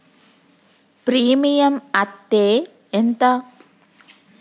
Premium అత్తే ఎంత?